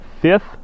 fifth